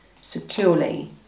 securely